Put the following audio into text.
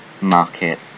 market